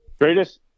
greatest